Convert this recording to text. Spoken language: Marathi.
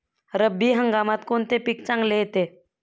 रब्बी हंगामात कोणते पीक चांगले येते?